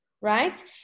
Right